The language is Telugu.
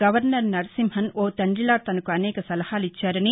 గవర్నర్ నరసింహన్ ఓ తండ్రిలా తనకు అనేక సలహాలు ఇచ్చారని